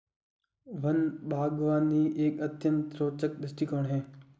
one बागवानी एक अत्यंत रोचक दृष्टिकोण है